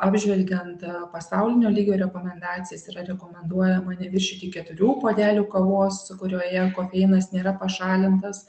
apžvelgiant pasaulinio lygio rekomendacijas yra rekomenduojama neviršyti keturių puodelių kavos su kurioje kofeinas nėra pašalintas